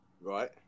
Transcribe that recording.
Right